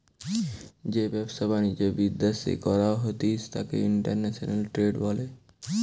যেই ব্যবসা বাণিজ্য বিদ্যাশে করা হতিস তাকে ইন্টারন্যাশনাল ট্রেড বলে